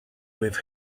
with